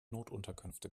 notunterkünfte